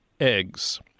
eggs